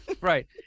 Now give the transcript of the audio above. right